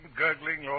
gurgling